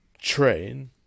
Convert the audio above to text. train